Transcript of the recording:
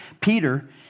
Peter